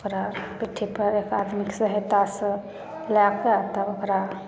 ओकरा पीठी पर आदमीके सहायता सँ ला कऽ तब ओकरा